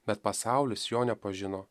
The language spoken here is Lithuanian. bet pasaulis jo nepažino